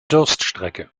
durststrecke